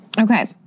Okay